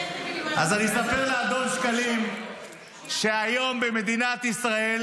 אספר לאדון שקלים שהיום במדינת ישראל,